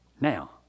Now